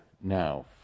now